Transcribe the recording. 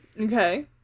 Okay